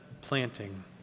planting